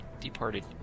departed